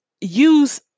use